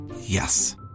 Yes